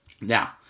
Now